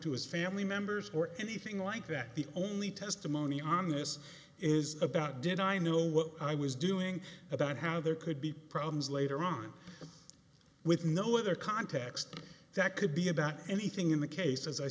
to his family members or anything like that the only testimony on this is about did i know what i was doing about how there could be problems later on with no other context that could be about anything in the case as i